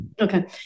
Okay